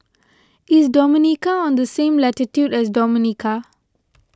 is Dominica on the same latitude as Dominica